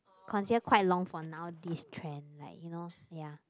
considered quite long for now this trend like you know ya